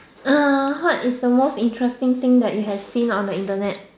uh what is the most interesting thing that you have seen on the Internet